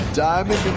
diamond